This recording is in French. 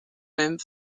même